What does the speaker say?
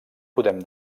podem